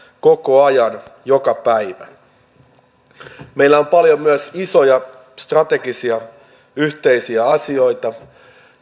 koko ajan joka päivä meillä on paljon myös isoja strategisia yhteisiä asioita